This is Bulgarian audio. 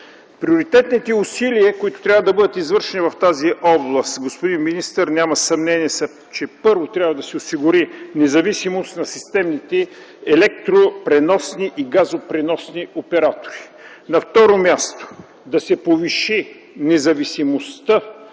Приоритетните усилия, които трябва да бъдат извършени в тази област, господин министър, са, че първо трябва да се осигури независимост на системните електропреносни и газопреносни оператори. На второ място – да се повиши независимостта,